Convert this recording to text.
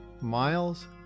Miles